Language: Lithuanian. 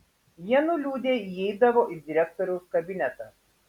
jie nuliūdę įeidavo į direktoriaus kabinetą